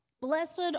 blessed